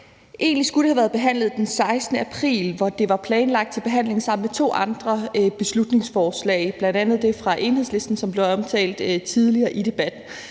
Egentlig skulle det have været behandlet den 16. april, hvor det var planlagt til behandling sammen med to andre beslutningsforslag, bl.a. det fra Enhedslisten, som blev omtalt tidligere i debatten.